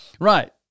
Right